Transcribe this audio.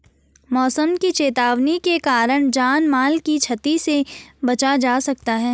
मौसम की चेतावनी के कारण जान माल की छती से बचा जा सकता है